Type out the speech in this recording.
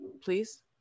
please